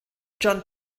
john